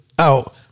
out